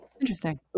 Interesting